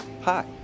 hi